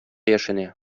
яшенә